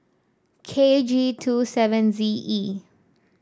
K G two seven Z E